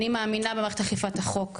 אני מאמינה במערכת אכיפת החוק.